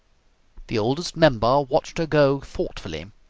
the oldest member watched her go thoughtfully.